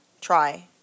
try